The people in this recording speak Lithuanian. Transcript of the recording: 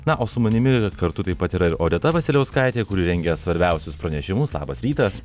na o su manimi kartu taip pat yra odeta vasiliauskaitė kuri rengia svarbiausius pranešimus labas rytas